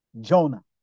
jonah